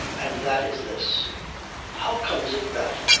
and that is this how comes it that,